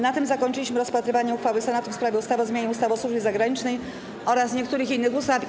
Na tym zakończyliśmy rozpatrywanie uchwały Senatu w sprawie ustawy o zmianie ustawy o służbie zagranicznej oraz niektórych innych ustaw.